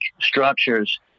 structures